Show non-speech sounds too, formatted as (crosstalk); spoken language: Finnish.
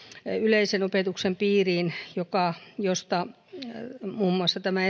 yleisen opetuksen piiriin jota tämä (unintelligible)